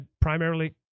primarily